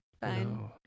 fine